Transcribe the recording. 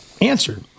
answer